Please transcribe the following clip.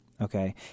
Okay